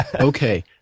Okay